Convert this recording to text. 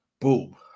Boom